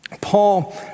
Paul